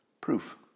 proof